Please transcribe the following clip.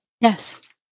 Yes